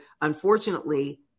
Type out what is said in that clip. unfortunately